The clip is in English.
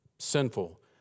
sinful